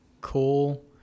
cool